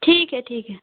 ठीक है ठीक है